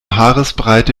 haaresbreite